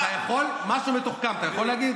אתה הרי משורר גדול.